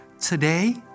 Today